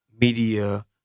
media